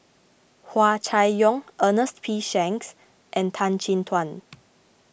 Hua Chai Yong Ernest P Shanks and Tan Chin Tuan